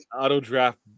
Auto-draft